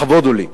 לכבוד הוא לי.